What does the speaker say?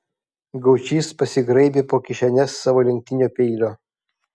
gaučys pasigraibė po kišenes savo lenktinio peilio